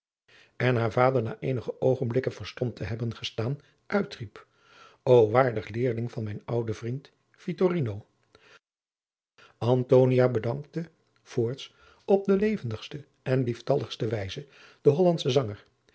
en haar vader na eenige oogenblikken verstomd te hebben gestaan uitriep o waardig leerling van mijn ouden vriend vittorino antonia bedankte voorts op de levendigste en lieftaligste wijze den hollandschen zanger